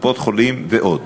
קופות-חולים ועוד.